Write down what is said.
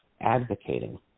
advocating